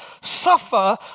suffer